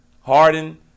Harden